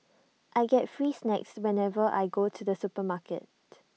I get free snacks whenever I go to the supermarket